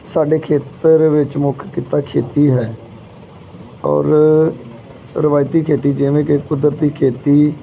ਸਾਡੇ ਖੇਤਰ ਵਿੱਚ ਮੁੱਖ ਕਿੱਤਾ ਖੇਤੀ ਹੈ ਔਰ ਰਿਵਾਇਤੀ ਖੇਤੀ ਜਿਵੇਂ ਕਿ ਕੁਦਰਤੀ ਖੇਤੀ